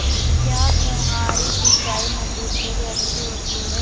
क्या फुहारी सिंचाई मसूर के लिए अच्छी होती है?